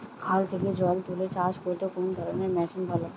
খাল থেকে জল তুলে চাষ করতে কোন ধরনের মেশিন ভালো?